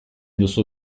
duzu